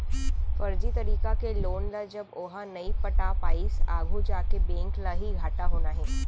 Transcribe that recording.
फरजी तरीका के लोन ल जब ओहा नइ पटा पाइस आघू जाके बेंक ल ही घाटा होना हे